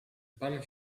pun